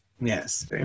Yes